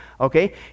Okay